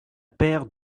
paire